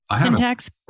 syntax